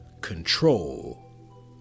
Control